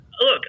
look